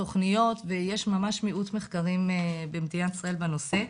תכניות ויש ממש מיעוט מחקרים במדינת ישראל בנושא.